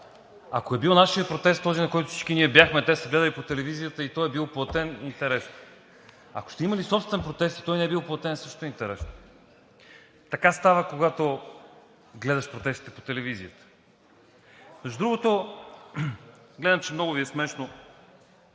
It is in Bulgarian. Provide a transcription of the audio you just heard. Ако е бил нашият протест – този, на който бяхме всички ние, а те са гледали по телевизията и той е бил платен, е интересно. Ако сте имали собствен протест и той не е бил платен, също е интересно. Така става, когато гледаш протестите по телевизията. (Шум и реплики.) Между другото, гледам, че много Ви е смешно,